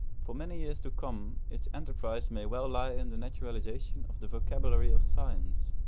for many years to come its enterprise may well lie in the naturalisation of the vocabulary of science,